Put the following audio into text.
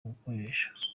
gukoresha